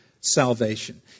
salvation